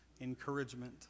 encouragement